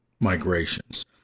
migrations